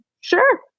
sure